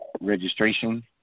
registration